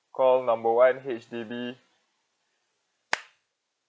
call number one H_D_B